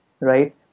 right